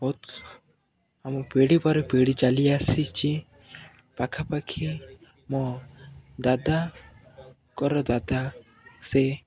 ବହୁତ ଆମ ପିଢ଼ି ପରେ ପିଢ଼ି ଚାଲି ଆସିଛି ପାଖାପାଖି ମୋ ଦାଦାଙ୍କର ଦାଦା ସେ